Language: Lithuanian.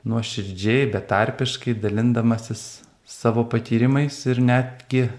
nuoširdžiai betarpiškai dalindamasis savo patyrimais ir netgi